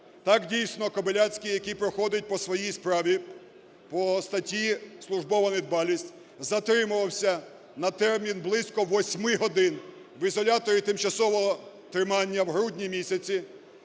Так, дійсно, Кобиляцький, який проходить по своїй справі по статті "Службова недбалість", затримувався на термін близько 8 годин в ізоляторі тимчасового тримання в грудні місяці,